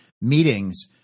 meetings